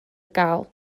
gael